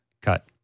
cut